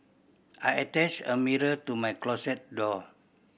I attached a mirror to my closet door